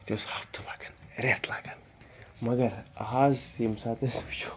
أتی اوس ہَفتہٕ لَگان رٮ۪تھ لَگن مگر آز ییٚمہِ ساتہٕ أسۍ وٕچھو